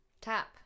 Tap